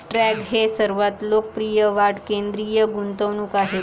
stock हे सर्वात लोकप्रिय वाढ केंद्रित गुंतवणूक आहेत